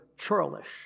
churlish